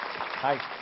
Hi